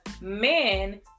men